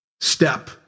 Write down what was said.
step